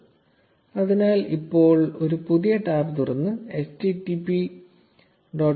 0534 അതിനാൽ ഇപ്പോൾ ഒരു പുതിയ ടാബ് തുറന്ന് http graphs